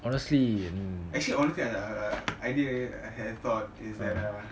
actually honestly an idea that I have thought is that ah